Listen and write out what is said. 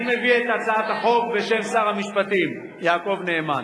אני מביא את הצעת החוק בשם שר המשפטים יעקב נאמן.